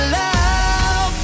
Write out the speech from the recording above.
love